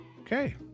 Okay